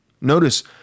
Notice